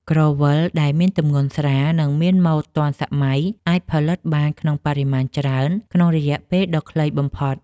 ក្រវិលដែលមានទម្ងន់ស្រាល និង មានម៉ូដទាន់សម័យអាចផលិតបានក្នុងបរិមាណច្រើនក្នុងរយៈពេលដ៏ខ្លីបំផុត។